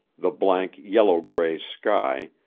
the blank yellow-gray sky,